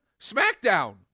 SmackDown